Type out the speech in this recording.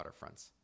waterfronts